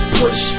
push